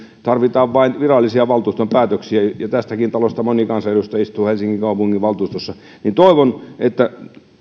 tarvitaan vain virallisia valtuuston päätöksiä ja kun tässäkin talossa moni kansanedustaja istuu helsingin kaupunginvaltuustossa niin toivon että